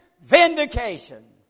vindication